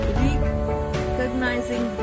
recognizing